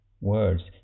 words